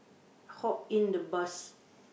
hop in the bus